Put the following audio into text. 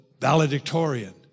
valedictorian